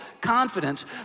confidence